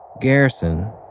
Garrison